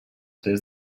des